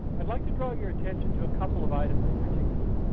i'd like to draw your attention to a couple of items in particular.